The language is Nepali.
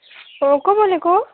अँ को बोलेको